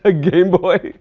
ah game boy?